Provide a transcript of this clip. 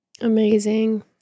Amazing